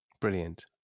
Brilliant